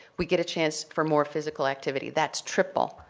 we get a chance for more physical activity. that's triple.